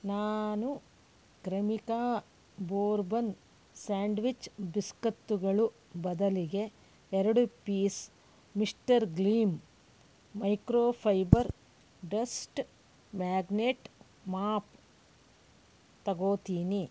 ನಾನು Cremica bourbon sandwich ಬಿಸ್ಕತ್ತುಗಳು ಬದಲಿಗೆ ಎರಡು piece Mister Gleam microfibre dust magnet mop ತೊಗೊಳ್ತೇನೆ